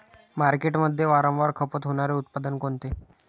मार्केटमध्ये वारंवार खपत होणारे उत्पादन कोणते?